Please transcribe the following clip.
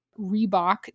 Reebok